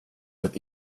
det